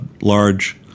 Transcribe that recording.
large